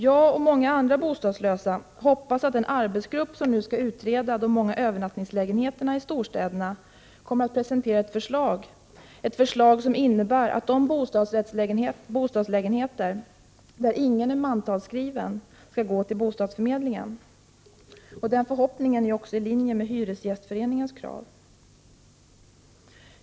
Jag och många andra bostadslösa hoppas att den arbetsgrupp som nu skall göra en utredning angående de många övernattningslägenheterna i storstäderna kommer att presentera ett förslag som innebär att de bostadslägenheter där ingen är mantalsskriven skall gå till bostadsförmedlingen. Den förhoppningen är också i linje med Hyresgästföreningens krav.